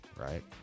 Right